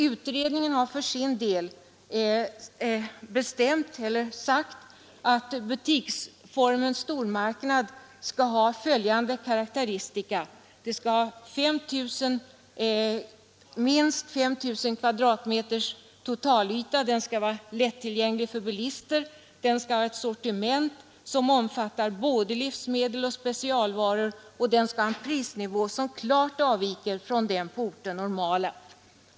Utredningen har för sin del sagt att butiksformen stormarknad skall ha följande karakteristika: Den skall ha minst 5 000 kvadratmeters totalyta, den skall vara lättillgänglig för bilister, den skall ha ett sortiment som omfattar både livsmedel och specialvaror och den skall ha en prisnivå som klart avviker från den på orten normala.